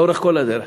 לאורך כל הדרך.